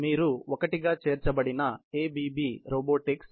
మీరు ఒకటిగా చేర్చబడిన ఎబిబి రోబోటిక్స్ చూడవచ్చు